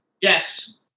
Yes